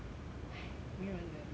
!hais! 没人能理解